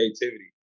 creativity